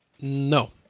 No